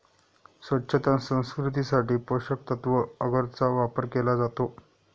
स्वच्छता संस्कृतीसाठी पोषकतत्त्व अगरचा वापर केला जातो